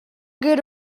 good